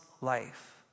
life